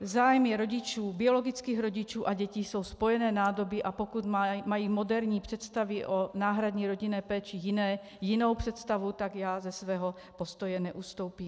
Zájmy rodičů, biologických rodičů, a dětí jsou spojené nádoby, a pokud mají moderní představy o náhradní rodinné péči jinou představu, tak já ze svého postoje neustoupím.